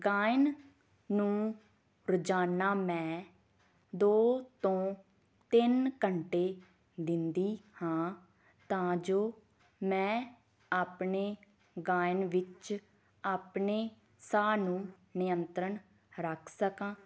ਗਾਇਨ ਨੂੰ ਰੋਜ਼ਾਨਾ ਮੈਂ ਦੋ ਤੋਂ ਤਿੰਨ ਘੰਟੇ ਦਿੰਦੀ ਹਾਂ ਤਾਂ ਜੋ ਮੈਂ ਆਪਣੇ ਗਾਇਨ ਵਿੱਚ ਆਪਣੇ ਸਾਹ ਨੂੰ ਨਿਯੰਤਰਣ ਰੱਖ ਸਕਾਂ